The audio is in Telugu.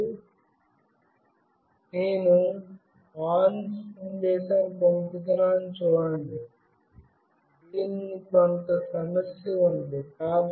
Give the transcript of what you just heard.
ఇప్పుడు నేను ఆన్ సందేశాన్ని పంపుతున్నానని చూడండి దీనికి కొంత సమస్య ఉంది